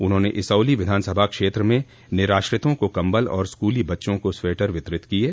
उन्होंने इसौली विधानसभा क्षेत्र में निराश्रितों को कम्बल और स्कूली बच्चों को स्वेटर वितरित किये